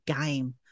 game